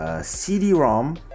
CD-ROM